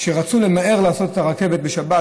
שרצו למהר לעשות את הרכבת בשבת,